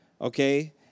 Okay